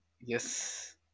Yes